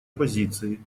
позиции